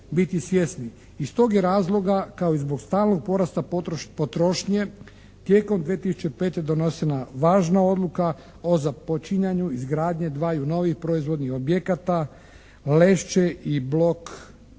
Iz tog je razloga kao i zbog stalnog porasta potrošnje tijekom 2005. donesena važna odluka o započinjanju izgradnje dvaju novih proizvodnih objekata "Lešće" i blok L